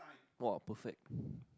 !wah! perfect